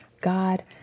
God